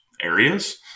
areas